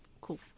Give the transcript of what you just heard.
Cool